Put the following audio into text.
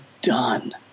done